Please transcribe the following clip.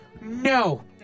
No